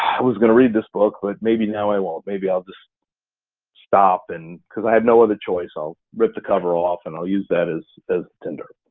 who's gonna read this book, but maybe now i won't, maybe i'll just stop and cause i have no other choice, i'll rip the cover off and i'll use that as as tinder,